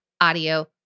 audio